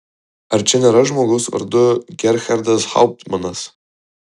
ar čia nėra žmogaus vardu gerhardas hauptmanas